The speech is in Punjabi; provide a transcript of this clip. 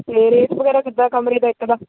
ਅਤੇ ਰੇਟਸ ਵਗੈਰਾ ਕਿੱਦਾਂ ਕਮਰੇ ਦਾ ਇੱਕ ਦਾ